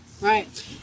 Right